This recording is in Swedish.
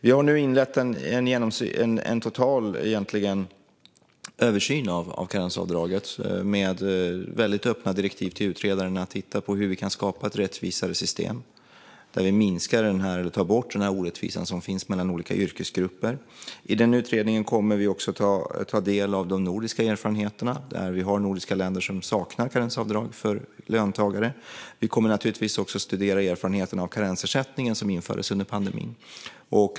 Vi har inlett en total översyn av karensavdraget med väldigt öppna direktiv till utredaren att titta på hur vi kan skapa ett rättvisare system där vi tar bort den orättvisa som finns mellan olika yrkesgrupper. I denna utredning kommer vi också ta del av de nordiska erfarenheterna då vi har nordiska länder som saknar karensavdrag för löntagare. Vi kommer givetvis också studera erfarenheterna av karensersättningen som infördes under pandemin.